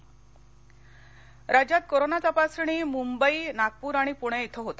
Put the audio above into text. पवार राज्यात कोरोना तपासणी मुंबई नागपूर आणि पूणे येथे होते